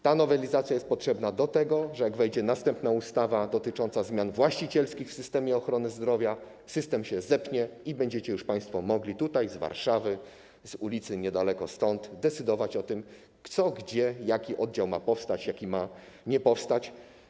Ta nowelizacja jest potrzebna do tego, że jak wejdzie następna ustawa, dotycząca zmian właścicielskich w systemie ochrony zdrowia, system się zepnie i będziecie państwo mogli już z Warszawy, z ulicy niedaleko stąd, decydować o tym, co, gdzie, jaki oddział ma powstać, jaki ma nie powstać.